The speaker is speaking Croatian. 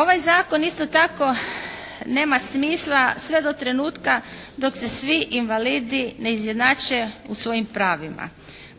Ovaj zakon isto tako nema smisla sve do trenutka dok se svi invalidi ne izjednače u svojim pravima.